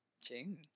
June